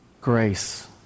grace